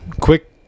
quick